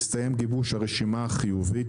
הסתיים גיבוש הרשימה החיובית,